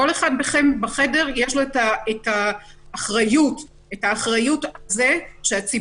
לכל אחד מכם בחדר יש את האחריות על כך שהציבור